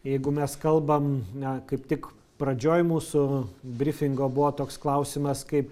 jeigu mes kalbam na kaip tik pradžioj mūsų brifingo buvo toks klausimas kaip